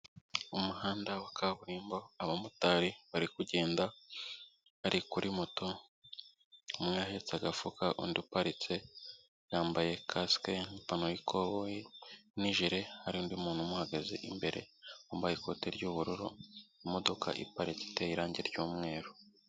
Umuhanda wa kaburimbo, abamotari bari kugenda bari kuri moto, umwe ahetse agafuka undi uparitse, yambaye kasike n'ipantaro y'ikoboyi n'ijire, hari undi muntu umuhagaze imbere wambaye ikote ry'ubururu, imodoka iparitse iteye irangi ry'umweru.